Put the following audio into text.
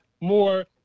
more